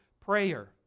prayer